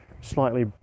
slightly